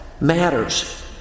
matters